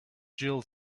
jill